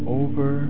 over